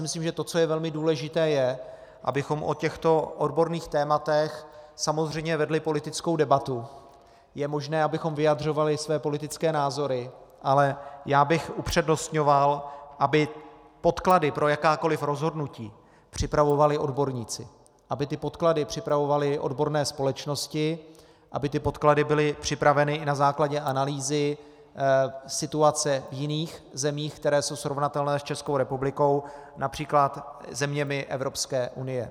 Myslím, že to, co je velmi důležité, je, abychom o těchto odborných tématech samozřejmě vedli politickou debatu, je možné, abychom vyjadřovali své politické názory, ale já bych upřednostňoval, aby podklady pro jakákoli rozhodnutí připravovali odborníci, aby podklady připravovaly odborné společnosti, aby podklady byly připraveny na základě analýzy situace v jiných zemích, které jsou srovnatelné s Českou republikou, například zeměmi Evropské unie.